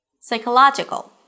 Psychological